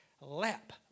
lap